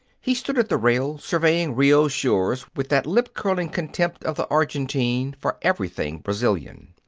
he stood at the rail surveying rio's shores with that lip-curling contempt of the argentine for everything brazilian.